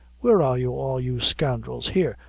where are you all, you scoundrels? here,